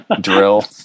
Drill